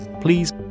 Please